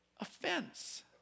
offense